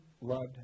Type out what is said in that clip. loved